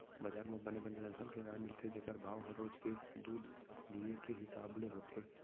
बजार म बने बने नसल के गाय मिलथे जेकर भाव ह रोज के दूद दिये के हिसाब ले होथे